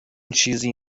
چیزی